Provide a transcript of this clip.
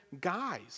guys